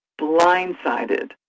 blindsided